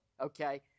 Okay